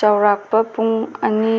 ꯆꯥꯎꯔꯥꯛꯄ ꯄꯨꯡ ꯑꯅꯤ